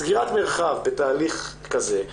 סגירת מרחב בתהליך כזה,